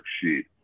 sheet